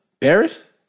Barris